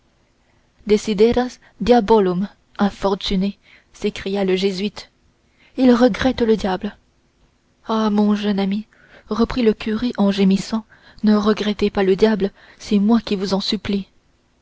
infortuné s'écria le jésuite il regrette le diable ah mon jeune ami reprit le curé en gémissant ne regrettez pas le diable c'est moi qui vous en supplie